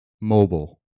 mobile